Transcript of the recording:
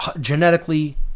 genetically